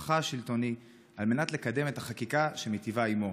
בכוחך השלטוני על מנת לקדם את החקיקה המיטיבה עמו,